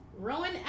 Rowan